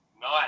nice